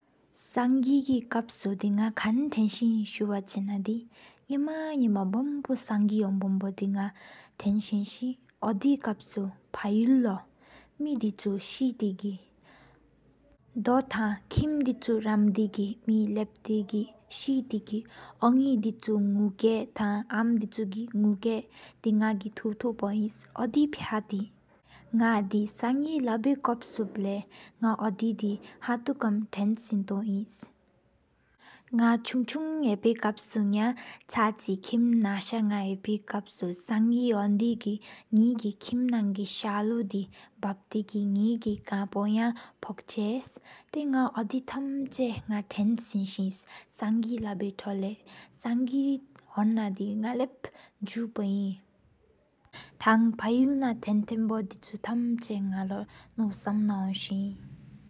སངྒི་གི་ཁབ་སུ་དེ་ནག་ཁན་ཐེན་སེནས། སུ་བ་ཆེ་ན་དི་ཉམ་ཉམ་བམ་པོ་སང་གི། ཧོན་བོ་དེ་ནག་ཐེན་སིནས། ཨོ་དེ་ཁབ་སུ་པ་ཡིབ་ལོ་མེ་དི་ཆུ་སྟེ་གི། དོག་ཏ་ཀིམ་དེ་ཆུ་རམ་དེ་གི་མེ་དི་ཆུ་ལབ་ཏེ་གི། སི་ཏེ་གི་ཨོ་ནེ་དི་ཆུ་ནུ་ཀེ་ཐང་ཨར་མ་དི་ཆུ་གི། ནུ་ཀེདི་དི་སྟེ་ནག་གི་ཐོག་ཐོག་པོ་ཨིན། ཨོ་དི་ཕྱ་ཏེ་ནག་དེ་སྭེ་ལ་བྱི་ཁབ་སུ་ལས། ནག་ཨོ་དི་དེ་ཧན་ཏོ་ཀམ་དེན་སྟེན་ཨིན། ནག་ཆུང་ཆུང་ཡེ་པའི་ཁབ་སུ་ནག། ཁིམ་ན་ད་ཡེ་པོ་ཁབ་སུ་སང་གི་ཧོན་དེ་གི། ནག་གི་ཀིམ་ན་གི་སལོ་དི་བཧ་པེ་གི་ནེ་གི། ཀ་ཕོ་ཡ་ཕོགྱ་ཏེ་ནག་ཨོ་དི་ཐམ་ཆ་ཨ། དེན་སེན་སི་སང་གི་ལ་བི་ཐོག་ལས། སང་གི་དེ་ཧོན་པའི་ཁབ་ནག་ལབ་ཟུ་པའི། ཐང་པ་ཡུལ་ན་ཏེན་པོ་ཏམ་ཆ་ནག་ལོ། ནོ་སམ་ན་ཧོན་སེ།